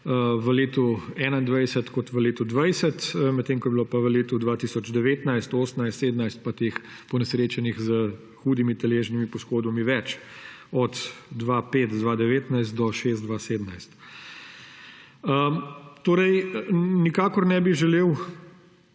v letu 2021 kot v letu 2020, medtem ko je bilo v letih 2019, 2018, 2017 ponesrečenih s hudimi telesnimi poškodbami več, od pet 2019 do šest 2017. Nikakor ne bi želel,